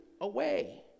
away